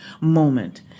moment